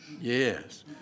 Yes